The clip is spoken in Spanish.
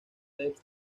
test